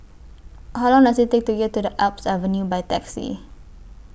How Long Does IT Take to get to Alps Avenue By Taxi